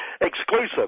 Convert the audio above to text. Exclusive